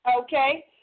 okay